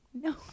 No